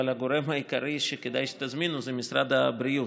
אבל הגורם העיקרי שכדאי שתזמינו זה משרד הבריאות,